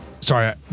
Sorry